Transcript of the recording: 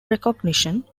recognition